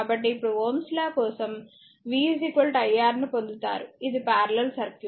కాబట్టి ఇప్పుడు Ω's law కోసం V iR ను పొందుతారు ఇది పారలెల్ సర్క్యూట్